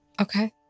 Okay